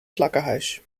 slakkenhuis